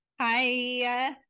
Hi